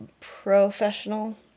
professional